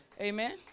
Amen